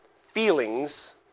feelings